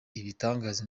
ibitangaza